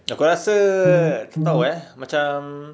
aku rasa tak tahu eh macam